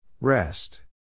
Rest